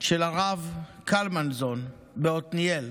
של הרב קלמנזון בעתניאל,